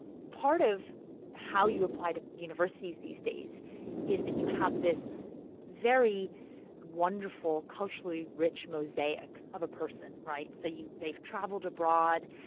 part of how you apply to universities these days is that you have this very wonderful, culturally rich mosaic of a person, right? so they've traveled abroad,